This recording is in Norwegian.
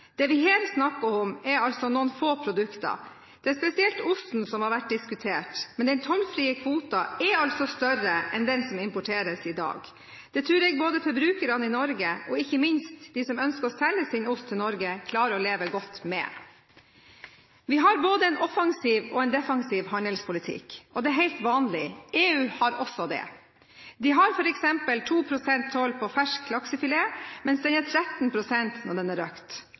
Det vi her snakker om, er altså noen få produkter. Det er spesielt osten som har vært diskutert, men den tollfrie kvoten er altså større enn den som importeres i dag. Det tror jeg både forbrukerne i Norge og ikke minst dem som ønsker å selge sin ost til Norge, klarer å leve godt med. Vi har både en offensiv og en defensiv handelspolitikk, og det er helt vanlig – EU har også det. De har f.eks. 2 pst. toll på fersk laksefilet, mens den er 13 pst. når den er